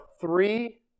three